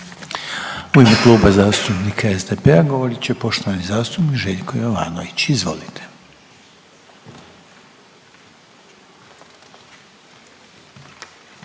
U ime Kluba zastupnika HDZ-a govorit će poštovana zastupnica Nikolina Baradić. Izvolite.